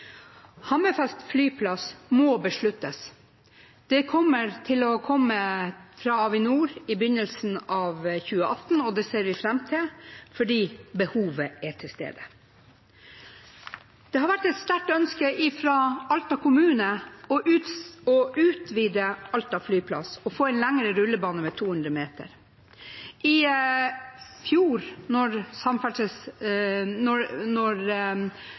Hammerfest flyplass må besluttes. Det kommer til å komme fra Avinor i begynnelsen av 2018, og det ser jeg fram til, for behovet er til stede. Det har vært et sterkt ønske fra Alta kommune å utvide Alta flyplass og få en 200 meter lengre rullebane.